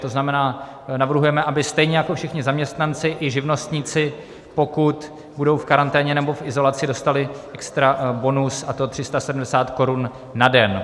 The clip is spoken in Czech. To znamená, navrhujeme, aby stejně jako všichni zaměstnanci, i živnostníci, pokud budou v karanténě nebo v izolaci, dostali extra bonus, a to 370 korun na den.